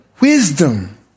Wisdom